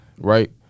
Right